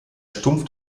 stumpf